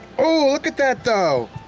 ooh, look at that though.